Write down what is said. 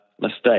mistake